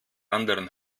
anderen